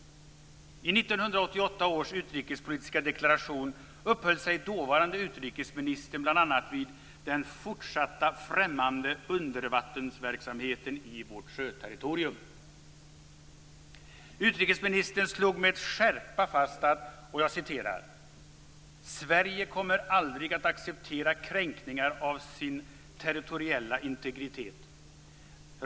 I 1988 års utrikespolitiska deklaration uppehöll sig dåvarande utrikesministern bl.a. vid den fortsatta främmande undervattensverksamheten i vårt sjöterritorium. Utrikesministern slog med skärpa fast följande: "Sverige kommer aldrig att acceptera kränkningar av sin territoriella integritet.